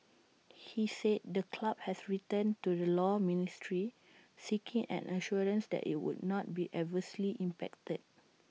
he said the club has written to the law ministry seeking an assurance that IT would not be adversely impacted